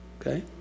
okay